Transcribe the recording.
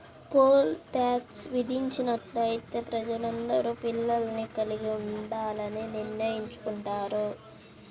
pole tax విధించినట్లయితే ప్రజలందరూ పిల్లల్ని కలిగి ఉండాలని నిర్ణయించుకుంటారు